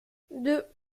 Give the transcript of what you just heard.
deux